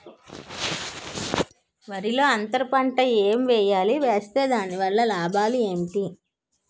వరిలో అంతర పంట ఎం వేయాలి? వేస్తే దాని వల్ల లాభాలు ఏంటి?